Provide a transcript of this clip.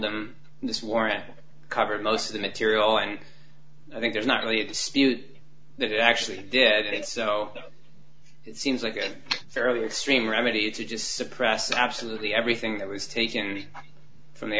them this warrant covered most of the material and i think there's not really a dispute that actually did it so it seems like a fairly extreme remedy to just suppress absolutely everything that was taken from the